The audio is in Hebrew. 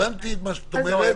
הבנתי מה שאת אומרת,